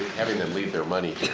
having them leave their money